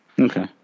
Okay